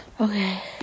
Okay